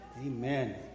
Amen